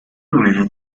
inglese